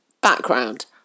background